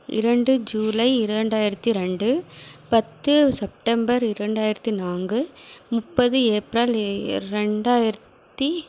இரண்டு ஜூலை இரண்டாயிரத்தி ரெண்டு பத்து செப்டம்பர் இரண்டாயிரத்தி நான்கு முப்பது ஏப்ரல் ரெண்டாயிரத்தி